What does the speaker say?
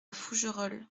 fougerolles